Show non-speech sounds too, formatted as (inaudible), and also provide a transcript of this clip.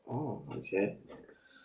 oh okay (breath)